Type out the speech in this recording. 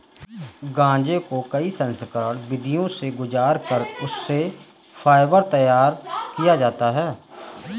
गांजे को कई संस्करण विधियों से गुजार कर उससे फाइबर तैयार किया जाता है